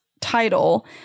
title